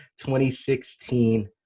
2016